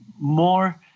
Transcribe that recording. more